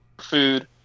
food